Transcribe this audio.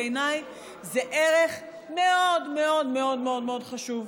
בעיניי זה ערך מאוד מאוד מאוד מאוד מאוד חשוב,